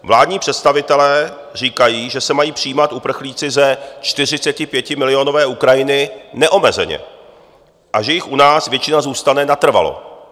Vládní představitelé říkají, že se mají přijímat uprchlíci ze 45milionové Ukrajiny neomezeně a že jich u nás většina zůstane natrvalo.